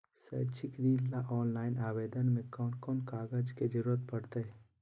शैक्षिक ऋण ला ऑनलाइन आवेदन में कौन कौन कागज के ज़रूरत पड़तई?